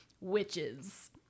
Witches